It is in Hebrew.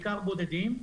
בעיקר בודדים,